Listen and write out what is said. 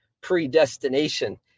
predestination